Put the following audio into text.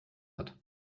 hat